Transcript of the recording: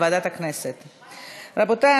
רבותי,